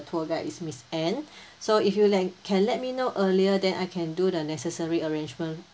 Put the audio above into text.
tour guide is miss ann so if you le~ can let me know earlier then I can do the necessary arrangement